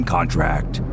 Contract